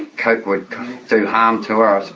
coke would do harm to her, ah so